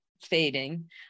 fading